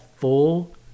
full